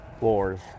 wars